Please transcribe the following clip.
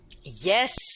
Yes